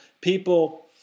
people